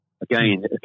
again